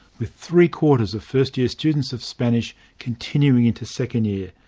with three-quarters of first-year students of spanish continuing into second year.